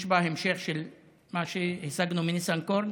יש בה המשך של מה שהשגנו מניסנקורן.